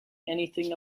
anything